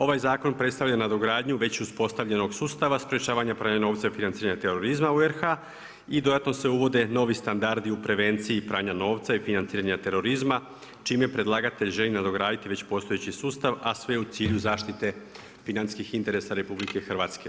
Ovaj zakon predstavlja nadogradnju već uspostavljenog sustava, sprječavanja pranja novca i financiranje terorizma u RH, i dodatno se uvode novi standardi u prevenciji pranja novca i financiranja terorizma, čim je predlagatelj želi nadograditi već postojeći sustav, a sve u cilju zaštite financijskih interesa RH.